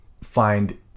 find